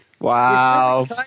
Wow